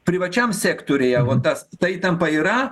privačiam sektoriuje vat tas ta įtampa yra